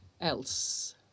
else